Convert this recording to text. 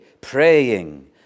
praying